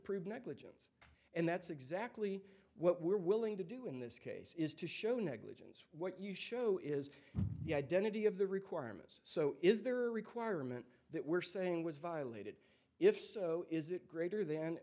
prove negligence and that's exactly what we're willing to do in this case is to show negligence what you show is the identity of the requirements so is there a requirement that we're saying was violated if so is it greater th